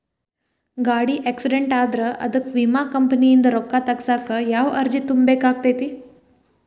ಗಾಡಿ ಆಕ್ಸಿಡೆಂಟ್ ಆದ್ರ ಅದಕ ವಿಮಾ ಕಂಪನಿಯಿಂದ್ ರೊಕ್ಕಾ ತಗಸಾಕ್ ಯಾವ ಅರ್ಜಿ ತುಂಬೇಕ ಆಗತೈತಿ?